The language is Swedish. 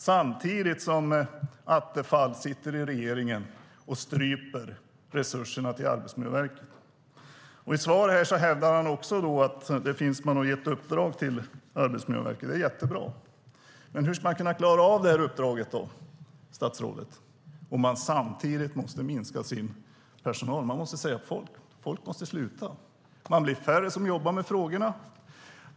Samtidigt sitter Attefall i regeringen och stryper resurserna till Arbetsmiljöverket. I svaret hävdar han att man har gett uppdrag till Arbetsmiljöverket, och det är jättebra. Men hur ska man kunna klara av uppdraget, statsrådet, om man samtidigt måste minska sin personal? Man måste säga upp människor, och människor måste sluta. Det blir färre som jobbar med frågorna.